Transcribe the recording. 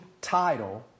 title